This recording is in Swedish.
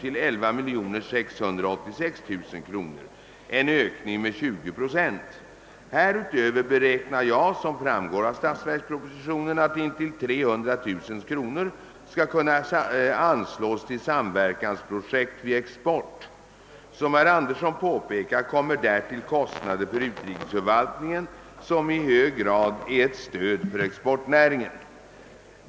till 11 686 000 kr., en ökning med 20 procent. Härutöver beräknar jag, som framgår av statsverkspropositionen, att intill 300 000 kr. skall kunna anslås till samverkansprojekt vid export. Som herr Andersson påpekar kommer därtill kostnader för utrikesförvalt ningen, som i hög grad är ett stöd för exportnäringen.